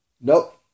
Nope